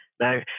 Now